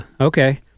okay